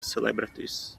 celebrities